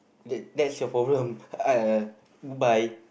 that that's your problem bye